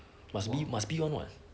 must be must be one what